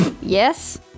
Yes